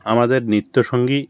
আমাদের নিত্য সঙ্গী